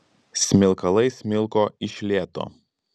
smilkalai smilko iš lėto